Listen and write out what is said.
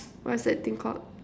what's that thing called